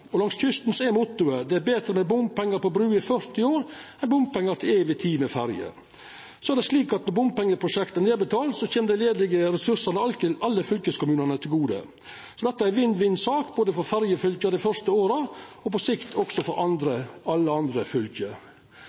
tunnel. Langs kysten er mottoet: Det er betre med bompengar på bru i 40 år, enn bompengar til evig tid med ferje. Når bompengeprosjekta er nedbetalte, kjem dei ledige ressursane alle fylkeskommunane til gode, så dette er ei vinn-vinn-sak både for ferjefylka dei første åra og på sikt for alle andre fylke.